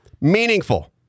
meaningful